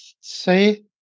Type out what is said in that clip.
say